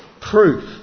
proof